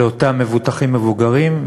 לאותם מבוטחים מבוגרים,